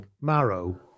Marrow